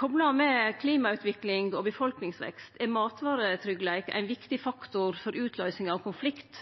Kopla med klimautvikling og befolkningsvekst er matvaretryggleik ein viktig faktor for utløysing av konflikt,